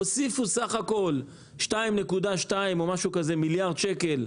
הוסיפו בסך הכול 2.2 מיליארד שקל,